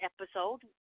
episode